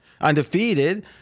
Undefeated